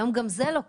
היום גם זה לא קורה.